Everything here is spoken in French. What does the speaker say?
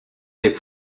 des